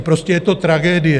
Prostě je to tragédie.